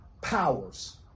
powers